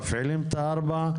מפעילים את 4 היחידות,